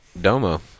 Domo